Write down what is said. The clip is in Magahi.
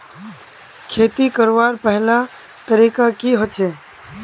खेती करवार पहला तरीका की होचए?